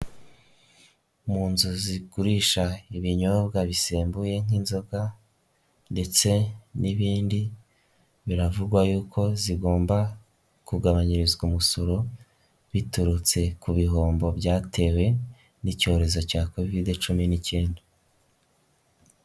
Mu nzu zigurisha ibinyobwa bisembuye nk'inzoga ndetse n'ibindi biravugwa yuko zigomba kugabanyirizwa umusoro biturutse ku bihombo byatewe n'icyorezo cya kovide cumi n'icyenda.